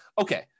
okay